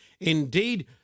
Indeed